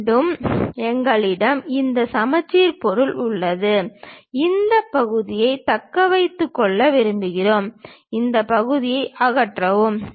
மீண்டும் எங்களிடம் இந்த சமச்சீர் பொருள் உள்ளது இந்த பகுதியை தக்க வைத்துக் கொள்ள விரும்புகிறோம் இந்த பகுதியை அகற்றவும்